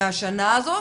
מהשנה הזאת,